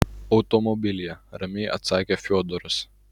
automobilyje ramiai atsakė fiodoras